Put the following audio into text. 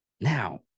Now